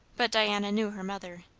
but diana knew her mother,